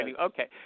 Okay